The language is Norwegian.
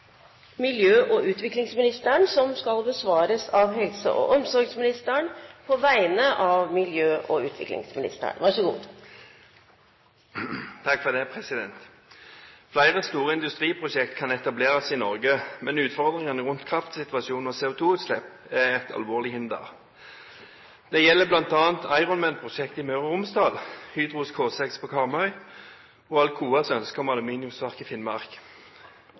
miljø- og utviklingsministeren, vil bli besvart av helse- og omsorgsministeren på vegne av miljø- og utviklingsministeren, som er bortreist. «Flere store industriprosjekt kan etableres i Norge, men utfordringene rundt kraftsituasjonen og CO2-utslipp er et alvorlig hinder. Det gjelder bl.a. Ironman-prosjektet i Møre og Romsdal, Hydros K6 på Karmøy og Alcoas ønske om aluminiumsverk i Finnmark.